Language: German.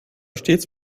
stets